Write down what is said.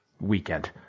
weekend